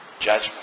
judgment